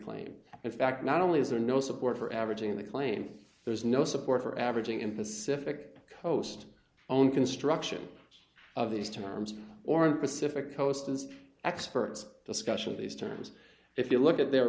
claim in fact not only is there no support for averaging the claim there's no support for averaging in pacific coast on construction of these terms or in pacific coast as experts discussion of these terms if you look at their